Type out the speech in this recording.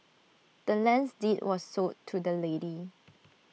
the land's deed was sold to the lady